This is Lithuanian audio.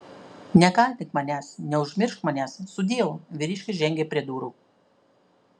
nekaltink manęs neužmiršk manęs sudieu vyriškis žengė prie durų